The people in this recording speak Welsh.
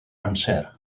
amser